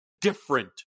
different